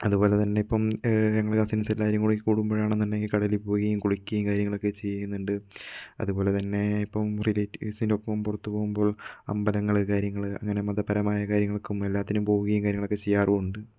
അതുപോലെതന്നെ ഇപ്പം ഞങ്ങൾ കസിൻസ് എല്ലാവരും കൂടി കൂടുമ്പോഴാണെന്നുണ്ടെങ്കിൽ കടലിൽ പോയി കുളിക്കുകയും കാര്യങ്ങളൊക്കെ ചെയ്യുന്നുണ്ട് അതുപോലെ തന്നെ ഇപ്പോൾ റിലേറ്റീവ്സിന്റെ ഒപ്പം പുറത്തുപോകുമ്പോൾ അമ്പലങ്ങൾ കാര്യങ്ങൾ അങ്ങനെ മതപരമായ കാര്യങ്ങൾക്കും എല്ലാത്തിനും പോവുകയും കാര്യങ്ങളൊക്കെ ചെയ്യാറുമുണ്ട്